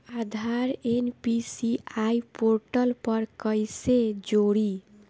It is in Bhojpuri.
आधार एन.पी.सी.आई पोर्टल पर कईसे जोड़ी?